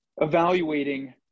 evaluating